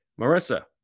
Marissa